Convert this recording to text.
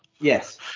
Yes